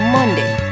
Monday